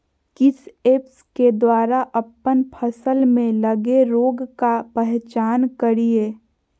किस ऐप्स के द्वारा अप्पन फसल में लगे रोग का पहचान करिय?